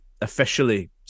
officially